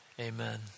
Amen